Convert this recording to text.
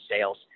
sales